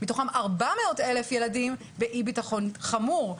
מתוכם 400,000 ילדים באי ביטחון חמור.